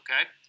okay